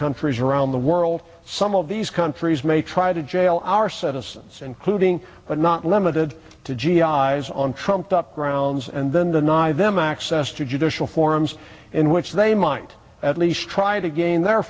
countries around the world some of these countries may try to jail our citizens including but not limited to g i s on trumped up grounds and then deny them access to judicial forums in which they might at least try to gain their